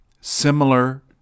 similar